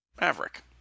Maverick